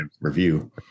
review